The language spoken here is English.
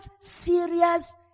serious